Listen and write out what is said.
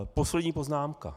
Poslední poznámka.